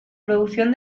producción